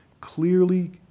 clearly